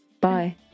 Bye